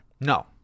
No